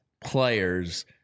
players